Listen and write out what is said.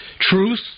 truth